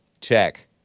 Check